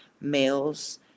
Males